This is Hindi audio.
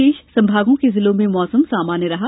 शेष संभागों के जिलों में मौसम शृष्क रहा